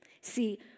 See